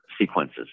sequences